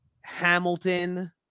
Hamilton